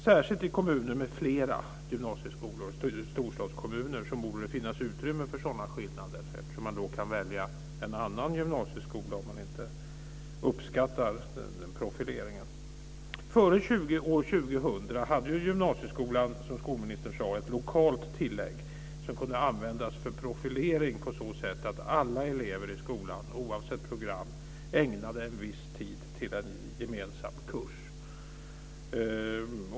Särskilt i kommuner med flera gymnasieskolor, t.ex. storstadskommuner, borde det finnas utrymme för sådana skillnader, eftersom man då kan välja en annan gymnasieskola om man inte uppskattar profileringen. Före år 2000 hade gymnasieskolan, som skolministern sade, ett lokalt tillägg som kunde användas för profilering på så sätt att alla elever i skolan, oavsett program, ägnade en viss tid till en gemensam kurs.